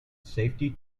safety